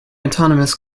autonomous